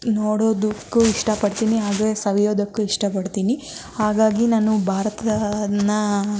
ನೋಡೋದಕ್ಕೂ ಇಷ್ಟಪಡ್ತೀನಿ ಹಾಗೆ ಸವಿಯೋದಕ್ಕು ಇಷ್ಟಪಡ್ತೀನಿ ಹಾಗಾಗಿ ನಾನು ಭಾರತನ